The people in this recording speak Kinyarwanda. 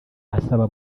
asaba